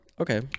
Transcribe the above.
Okay